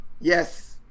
Yes